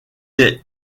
est